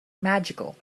magical